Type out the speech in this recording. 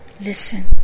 Listen